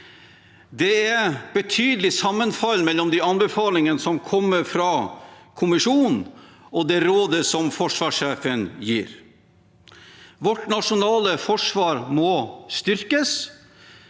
Det er betydelig sammenfall mellom de anbefalingene som kommer fra kommisjonen, og det rådet som forsvarssjefen gir. Vårt nasjonale forsvar må styrkes.